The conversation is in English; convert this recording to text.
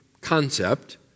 concept